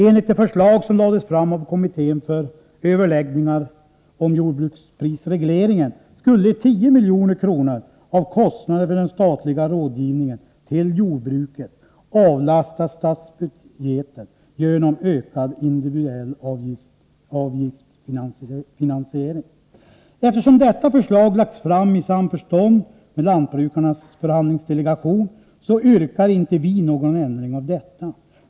Enligt det förslag som lades fram av kommittén för överläggningar om jordbruksprisregleringen skulle 10 milj.kr. av kostnaderna för den statliga rådgivningen till jordbruket avlastas statsbudgeten genom ökad individuell avgiftsfinansiering. Eftersom detta förslag lagts fram i samförstånd med lantbrukarnas förhandlingsdelegation, yrkar inte vi någon ändring av detta.